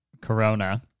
Corona